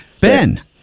Ben